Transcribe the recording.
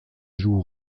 joues